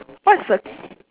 what's a